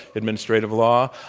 administrative law.